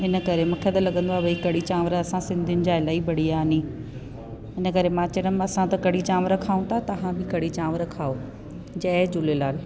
हिन करे मूंखे त लॻंदो आहे भई कड़ी चांवर असां सिंधियुनि जा इलाही बढ़िया आहे नी हिन करे मां चवंदमि असां त कड़ी चांवर खाऊं था तव्हां बि कड़ी चांवर खाओ जय झूलेलाल